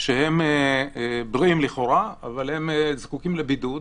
שהם בריאים לכאורה אבל הם זקוקים לבידוד,